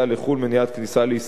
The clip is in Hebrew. מניעת כניסה לישראל,